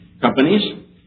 companies